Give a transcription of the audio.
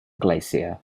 glacier